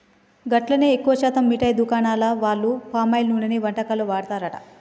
గట్లనే ఎక్కువ శాతం మిఠాయి దుకాణాల వాళ్లు పామాయిల్ నూనెనే వంటకాల్లో వాడతారట